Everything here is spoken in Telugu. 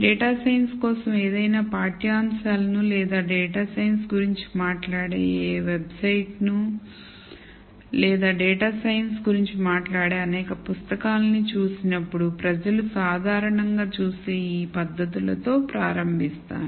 డేటా సైన్స్ కోసం ఏదైనా పాఠ్యాంశాలను లేదా డేటా సైన్స్ గురించి మాట్లాడే ఏ వెబ్సైట్ను లేదా డేటా సైన్స్ గురించి మాట్లాడే అనేక పుస్తకాలను చూసినప్పుడు ప్రజలు సాధారణంగా చూసే ఈ పద్ధతులతో ప్రారంభిస్తాను